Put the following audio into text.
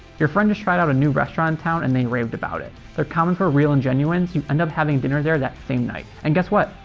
your friends try out a new restaurant town and they raved about it. they're common for real and genuine, so you end up having dinner there that same night. and guess what?